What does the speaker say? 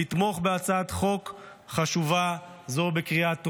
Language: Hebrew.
לתמוך בהצעת חוק חשובה זו בקריאה הטרומית.